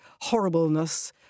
horribleness